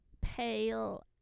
pale